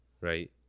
Right